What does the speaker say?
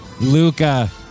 Luca